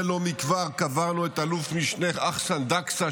זה לא מכבר קברנו את אלוף משנה אחסאן דקסה,